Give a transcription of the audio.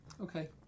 Okay